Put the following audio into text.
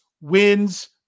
wins